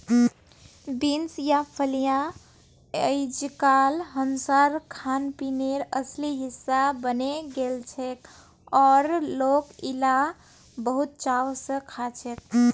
beans या फलियां अइजकाल हमसार खानपीनेर असली हिस्सा बने गेलछेक और लोक इला बहुत चाव स खाछेक